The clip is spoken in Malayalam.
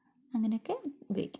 അങ്ങനെയൊക്കെ ഉപയോഗിക്കും